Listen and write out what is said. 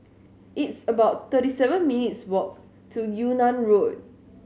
it's about thirty seven minutes' walk to Yung An Road